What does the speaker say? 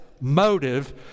motive